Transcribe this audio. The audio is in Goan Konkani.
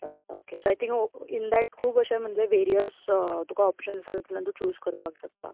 okay so I think in that म्हणजे अशें तुका खूब वेरियस ओपश्यन्स म्हणजे तूं च्यूज करपाक शकता